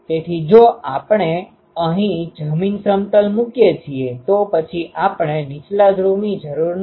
તેથી જો આપણે અહીં જમીન સમતલ મૂકીએ છીએ તો પછી આપણે નીચલા ધ્રુવની જરૂર નથી